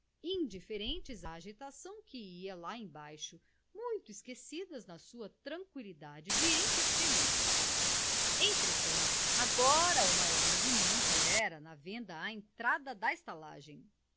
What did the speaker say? indiferentes à agitação que ia lá embaixo muito esquecidas na sua tranqüilidade de entes felizes entretanto agora o maior movimento era na venda à entrada da estalagem